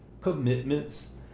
commitments